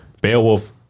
Beowulf